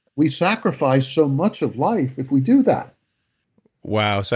we sacrifice so much of life if we do that wow. so,